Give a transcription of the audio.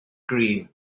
green